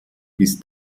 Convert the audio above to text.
bis